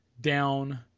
down